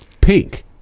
pink